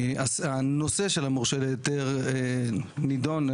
הנושא של המורשה להיתר היא נידון,